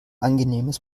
angenehmes